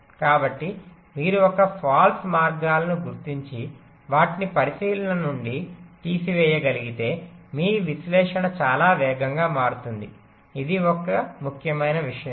కాబట్టి మీరు ఒక ఫాల్స్ మార్గాలను గుర్తించి వాటిని పరిశీలన నుండి తీసివేయగలిగితే మీ విశ్లేషణ చాలా వేగంగా మారుతుంది ఇది ఒక ముఖ్యమైన విషయం